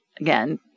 again